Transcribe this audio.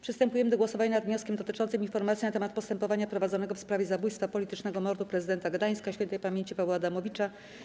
Przystępujemy do głosowania nad wnioskiem dotyczącym informacji na temat postępowania prowadzonego w sprawie zabójstwa, politycznego mordu prezydenta Gdańska śp. Pawła Adamowicza.